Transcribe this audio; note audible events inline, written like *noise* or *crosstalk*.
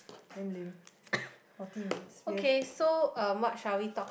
damn lame forty minutes we have *breath*